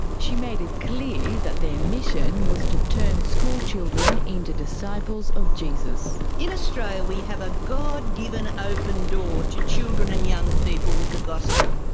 she made it clear that their mission was to turn schoolchildren into disciples of jesus. in australia we have a god-given open door to children and young people with the gospel.